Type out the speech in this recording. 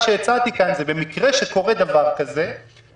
כהסתייגות מס' 1 לחוק-יסוד: הכנסת (תיקון מס' 49),